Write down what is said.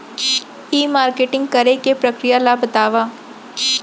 ई marketing करे के प्रक्रिया ला बतावव?